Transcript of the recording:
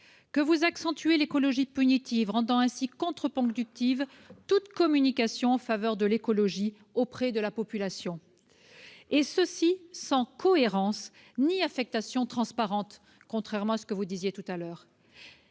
que vous accentuez l'écologie punitive, rendant ainsi contre-productive toute communication en faveur de l'écologie auprès de la population, et ce sans cohérence ni affectation transparente, à l'inverse de ce que vous disiez tout à l'heure.